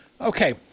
Okay